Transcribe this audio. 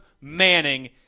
Manning